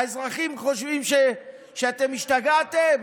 האזרחים חושבים שאתם השתגעתם.